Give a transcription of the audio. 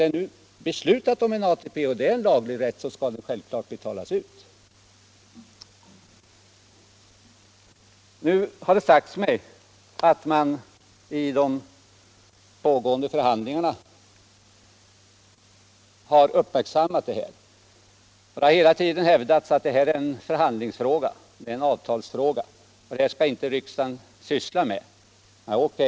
Men när beslutet nu är fattat och ATP är en laglig rätt, så skall den självfallet betalas ut. Det har sagts mig att man i de pågående förhandlingarna har uppmärksammat detta. Det har hela tiden hävdats att det är en avtalsfråga, och det här skall inte riksdagen syssla med.